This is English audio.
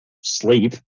sleep